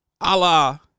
Allah